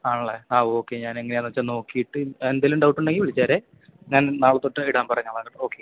ആണല്ലേ ആ ഓക്കെ ഞാനെങ്ങനെയാണെന്നു വെച്ചാൽ നോക്കിയിട്ട് എന്തെങ്കിലും ഡൗട്ടുണ്ടെങ്കിൽ വിളിച്ചേരെ ഞാൻ നാളെ തൊട്ട് ഇടാൻ പറഞ്ഞോളാം ഓക്കെ